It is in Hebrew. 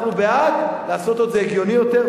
אנחנו בעד לעשות את זה הגיוני יותר,